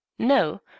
No